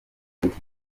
iki